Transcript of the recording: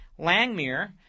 Langmuir